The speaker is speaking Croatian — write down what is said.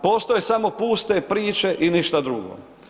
Postoje samo puste priče i ništa drugo.